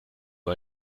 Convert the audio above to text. nur